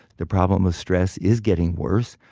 the problem of stress is getting worse.